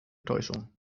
täuschung